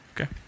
okay